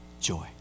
joy